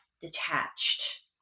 detached